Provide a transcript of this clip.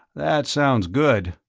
that sounds good.